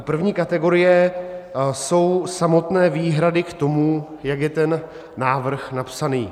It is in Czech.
První kategorie jsou samotné výhrady k tomu, jak je ten návrh napsaný.